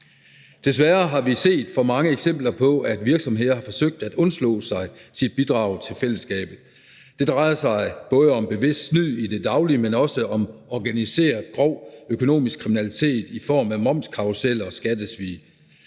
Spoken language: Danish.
Desværre har vi set for mange eksempler på, at virksomheder har forsøgt at undslå sig deres bidrag til fællesskabet. Det drejer sig både om bevidst snyd i det daglige, men også om organiseret grov økonomisk kriminalitet i form af momskarruseller og skattesvig.